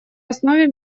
основе